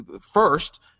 first